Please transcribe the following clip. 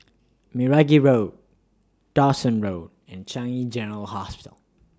Meragi Road Dawson Road and Changi General Hospital